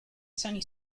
sony